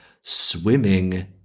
swimming